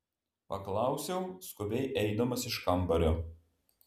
paklausiau skubiai eidamas iš kambario